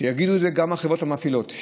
יגידו את זה גם החברות המפעילות,